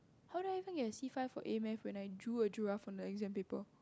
how do I even get a C five for A maths when I drew a giraffe on the exam paper